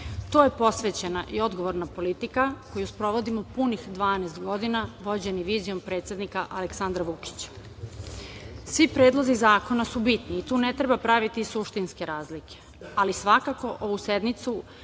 To je posvećena i odgovorna politika koju sprovodimo punih 12 godina vođeni vizijom predsednika Aleksandra Vučića. Svi predlozi zakona su bitni i tu ne treba praviti suštinske razlike, ali svakako ovu sednicu